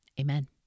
Amen